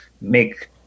make